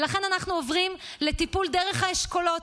ולכן אנחנו עוברים לטיפול דרך האשכולות,